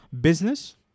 business